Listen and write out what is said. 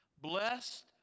Blessed